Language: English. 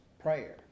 prayer